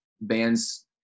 bands